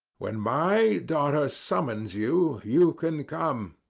when my daughter summons you, you can come,